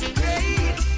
great